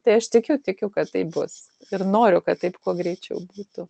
tai aš tikiu tikiu kad taip bus ir noriu kad taip kuo greičiau būtų